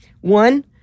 One